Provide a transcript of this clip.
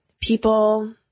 people